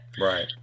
right